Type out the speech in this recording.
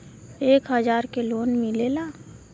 एक हजार के लोन मिलेला?